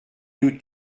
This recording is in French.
nous